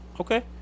Okay